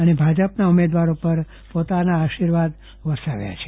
અને ભાજપના ઉમેદવારો પર પોતાના આશીર્વાદ વર્ષાવ્યા છે